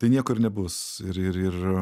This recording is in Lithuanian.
tai nieko ir nebus ir ir ir